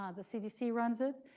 ah the cdc runs it.